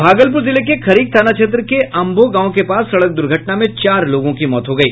भागलपुर जिले के खरीक थाना क्षेत्र के अंभो गांव के पास सड़क दुर्घटना में चार लोगों की मौत हो गयी